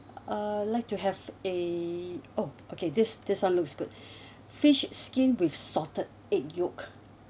I'd like to have a oh okay this this one looks good fish skin with salted egg yolk